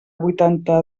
huitanta